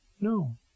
no